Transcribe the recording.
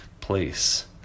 place